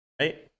Right